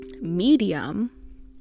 medium